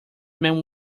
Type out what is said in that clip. man